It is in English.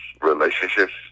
relationships